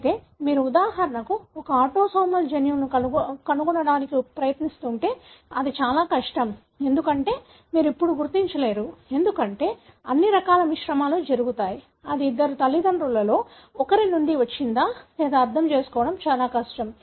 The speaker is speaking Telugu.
అయితే మీరు ఉదాహరణకు ఒక ఆటోసోమల్ జన్యువును కనుగొనడానికి ప్రయత్నిస్తుంటే అది చాలా కష్టం ఎందుకంటే మీరు ఇప్పుడు గుర్తించలేరు ఎందుకంటే అన్ని రకాల మిశ్రమాలు జరుగుతాయి అది ఇద్దరు తల్లిదండ్రులలో ఒకరి నుండి వచ్చిందా లేదా అర్థం చేసుకోవడం చాలా కష్టం